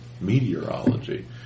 meteorology